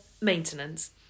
maintenance